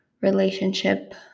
Relationship